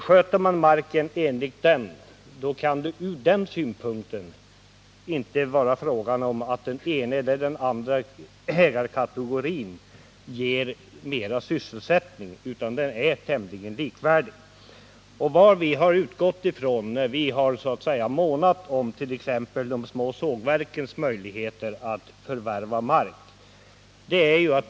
Sköter man marken enligt den, kan det inte vara fråga om att den ena eller andra ägarkategorin ger mera sysselsättning. Den är tämligen likvärdig. Vi har månat om t.ex. de små sågverkens möjligheter att förvärva mark.